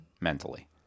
Mentally